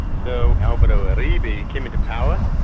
so ah alvaro and uribe came into power,